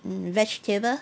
mm vegetable